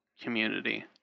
community